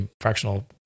fractional